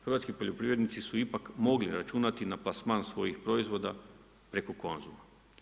Hrvatski poljoprivrednici su ipak mogli računati na plasman svojih proizvoda preko Konzuma.